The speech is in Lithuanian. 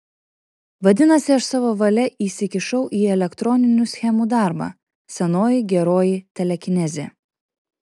vadinasi aš savo valia įsikišau į elektroninių schemų darbą senoji geroji telekinezė